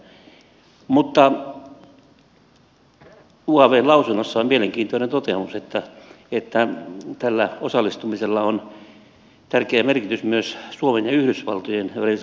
uavn lausunnossa on mielenkiintoinen toteamus että tällä osallistumisella on tärkeä merkitys myös suomen ja yhdysvaltojen väliselle suhteelle